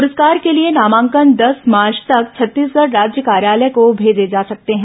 पुरस्कार के लिए नामांकन दस मार्च तक छत्तीसगढ़ राज्य कार्यालय को भेजे जा सकते हैं